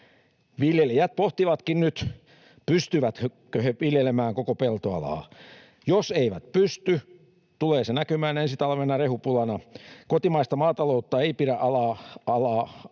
Viljelijät pohtivatkin nyt, pystyvätkö he viljelemään koko peltoalaa. Jos eivät pysty, tulee se näkymään ensi talvena rehupulana. Kotimaista maataloutta ei pidä alasajaa.